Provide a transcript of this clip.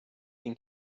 این